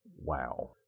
Wow